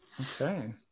Okay